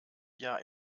jahr